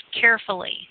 carefully